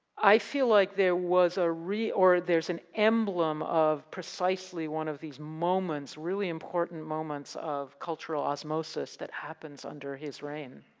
i feel like there was ah a, or there's an emblem of precisely one of these moments, really important moments of cultural osmosis that happens under his reign.